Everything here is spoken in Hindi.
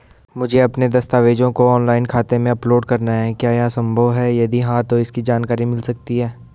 मुझे अपने दस्तावेज़ों को ऑनलाइन खाते में अपलोड करना है क्या ये संभव है यदि हाँ तो इसकी जानकारी मिल सकती है?